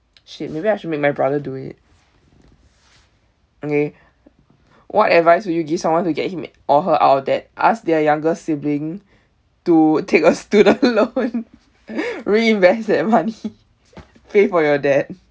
!shit! maybe I should make my brother do it okay what advice would you give someone to get him or her out of debt ask their younger sibling to take a student loan reinvest that money pay for your debt